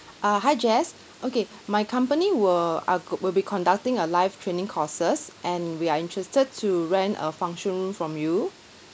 uh hi jess okay my company will are go will be conducting a live training courses and we are interested to rent a function from you